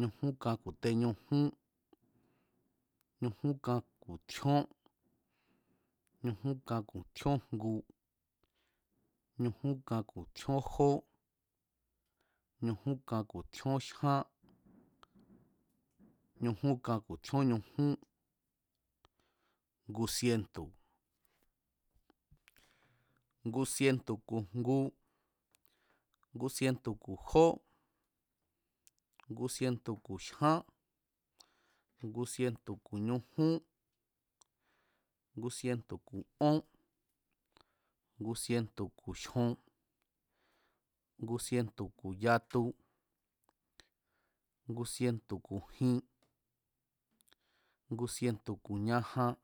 ñujún kan ku̱ teñujún, ñujún kan ku̱ tjíón, ñujún kan ku̱ tjíójngu, ñujún kan ku̱ tíón jó, ñujún kan ku̱ tjíó jyán, ñujún kan ku̱ tjíón ñujún, ngu sientu̱, ngu sientu̱ ku̱ jó, ngu sientu̱ ku̱ jyán, ngu sientu̱ ku̱ ñujún, ngu sientu ku̱ ón, ngu sientu̱ ku̱ jyon, ngu sientu̱ ku̱ yatu, ngu sientu̱ ku̱ jin, ngu sientu̱ ku̱ ñajan